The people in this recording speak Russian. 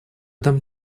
дам